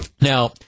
Now